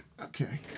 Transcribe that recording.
okay